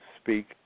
Speak